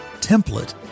template